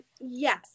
Yes